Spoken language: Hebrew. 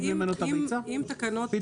אם תקנות --- לא יודע,